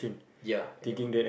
ya and they were